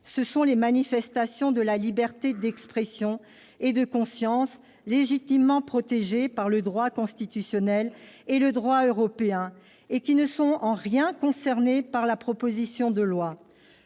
sont les manifestations de la liberté d'expression et de conscience ; légitimement protégées par le droit constitutionnel et par le droit européen, elles ne sont en rien concernées par la présente proposition de loi.